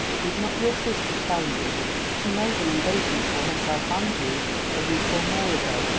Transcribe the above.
did not your sister tell you she made an engagement for herself and you a week or more ago?